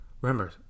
Remember